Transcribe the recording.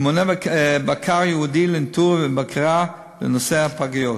ומונה בקר ייעודי לניטור ובקרה לנושא הפגיות.